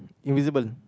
invisible